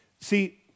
See